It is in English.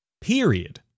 Period